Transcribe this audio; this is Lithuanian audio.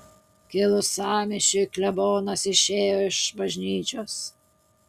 kilus sąmyšiui klebonas išėjo iš bažnyčios